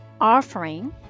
offering